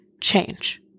change